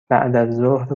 بعدازظهر